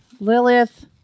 Lilith